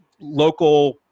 local